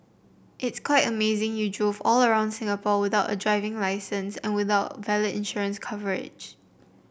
it's quite amazing you drove all around Singapore without a driving licence and without valid insurance coverage